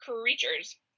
creatures